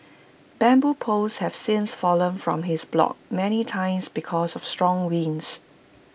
bamboo poles have since fallen from his block many times because of strong winds